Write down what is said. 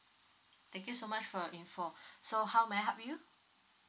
thank you so much for info so how may I help you